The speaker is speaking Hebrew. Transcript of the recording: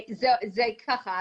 ככה,